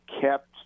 kept